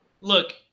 look